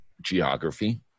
geography